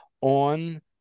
on